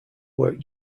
work